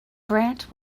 brant